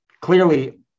clearly